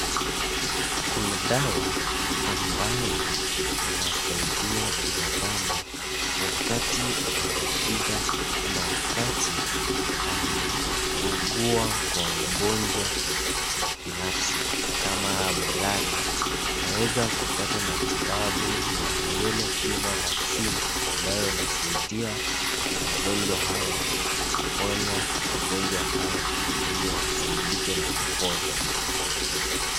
Kuna dawa ambayo inasaidia binadamu wakati ana shida ama wakati anaugua kwa ugonjwa binafsi kama malaria anaweza kupata matibabu ya yellow fever vaccine ambayo inasaidia kwa magonjwa haya kwa kuponya wagonjwa haya ili wasaidike na wapone.